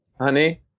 Honey